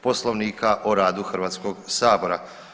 Poslovnika o radu Hrvatskog sabora.